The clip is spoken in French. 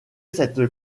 cette